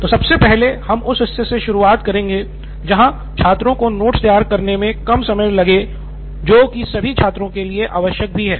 तो सबसे पहले हम उस हिस्से से शुरुआत करेंगे जहां छात्रों को नोट्स तैयार करने मे कम समय लगे जो की सभी छात्रों के लिए आवश्यक भी है